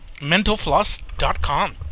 mentalfloss.com